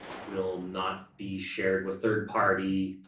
will not be shared with third party.